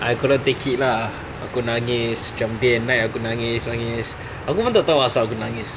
I couldn't take it lah aku nangis cam day and night aku nangis nangis aku pun tak tahu asal aku nangis